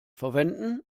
verwenden